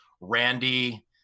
Randy